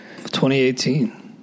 2018